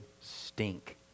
stink